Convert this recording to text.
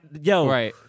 yo